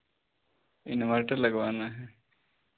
inverter लगवाना है